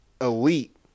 elite